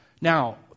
Now